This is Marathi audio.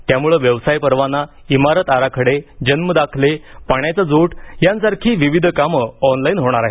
त्यामध्ये व्यवसाय परवाना इमारत आराखडे जन्मदाखले पाण्याचा जोड यांसारखी विविध कामं ऑनलाइन होणार आहेत